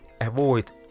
avoid